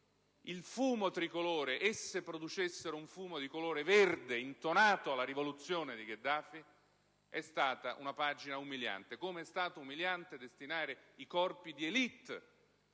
il fumo tricolore, esse producessero un fumo di colore verde intonato alla rivoluzione di Gheddafi è stata una pagina umiliante, come è stato umiliante destinare i corpi di *elite*